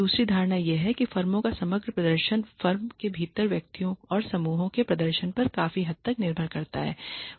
दूसरी धारणा यह है कि फर्मों का समग्र प्रदर्शन फर्म के भीतर व्यक्तियों और समूहों के प्रदर्शन पर काफी हद तक निर्भर करता है